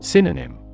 Synonym